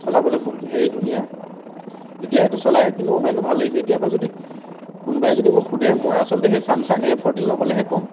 চলাবলৈ খুউব হেৰি ধুনীয়া এতিয়া সেইটো চলাই কিন্তু মোবাইলটো ভাল লাগিছে এতিয়াৰপৰা যদি কোনোবাই যদি মোক সোধে মই আচলতে সেই চামচাং এ ফৰটিন ল'বলৈহে ক'ম